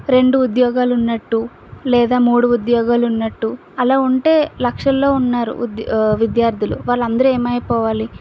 రెండు ఉద్యోగాలు ఉన్నట్టు లేదా మూడు ఉద్యోగాలు ఉన్నట్టు అలా ఉంటే లక్షలలో ఉన్నారు విద్యార్థులు వాళ్ళు అందరు ఏమైపోవాలి